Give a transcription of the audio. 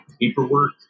paperwork